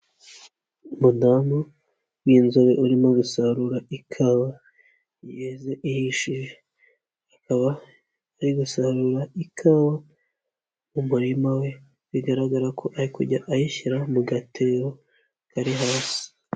Umudamu w'inzobe urimo gusarura ikawa yeze, ihishije. Akaba ari gusarura ikawa mu murima we, bigaragara ko ari kujya ayishyira mu gatebo, kari hasi.